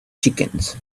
chickens